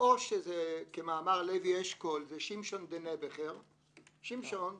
או זה כמאמר לוי אשכול, זה שמשון דנבעכר,